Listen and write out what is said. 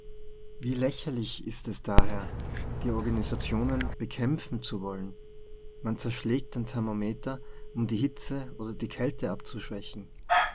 wie lächerlich ist es daher die organisationen bekämpfen zu wollen man zerschlägt den thermometer um die hitze oder die kälte abzuschwächen